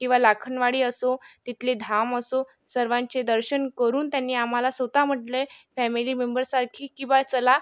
किंवा लाखनवाडी असो तिथले धाम असो सर्वांचे दर्शन करून त्यांनी आम्हाला स्वत म्हटले फॅमिली मेंबरसारखी की बा चला